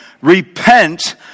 Repent